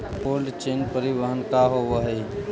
Cold chain परिवहन का होव हइ?